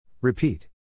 Repeat